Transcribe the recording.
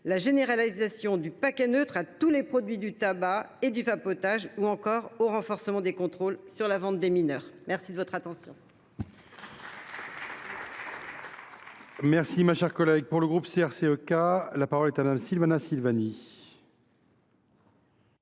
la généralisation du paquet neutre à tous les produits du tabac et du vapotage ou encore le renforcement des contrôles concernant la vente aux mineurs. La parole est